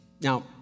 Now